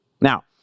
Now